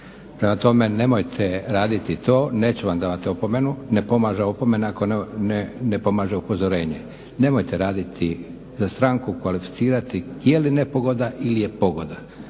Prema tome nemojte raditi to. Neću vam davat opomenu, ne pomaže opomena ako ne pomaže upozorenje. Nemojte raditi za stranku kvalificirati je li nepogoda ili je pogoda.